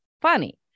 funny